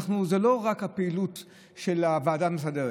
הוא לא רק על הפעילות של הוועדה המסדרת.